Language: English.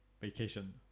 vacation